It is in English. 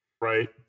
right